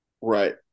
Right